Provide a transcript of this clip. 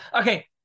okay